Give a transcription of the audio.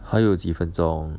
还有几分钟